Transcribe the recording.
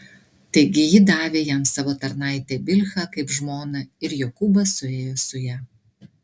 taigi ji davė jam savo tarnaitę bilhą kaip žmoną ir jokūbas suėjo su ja